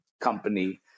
company